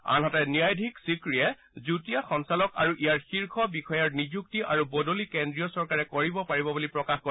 আনহাতে ন্যায়াধীশ চিক্ৰীয়ে যুটীয়া সঞ্চালক আৰু ইয়াৰ শীৰ্ষ বিষয়াৰ নিযুক্তি আৰু বদলি কেন্দ্ৰীয় চৰকাৰে কৰিব পাৰিব বুলি প্ৰকাশ কৰে